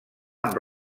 amb